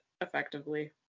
effectively